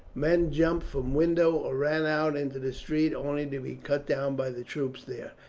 men jumped from windows or ran out into the street only to be cut down by the troops there,